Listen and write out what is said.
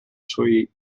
suoi